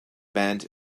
band